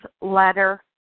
letter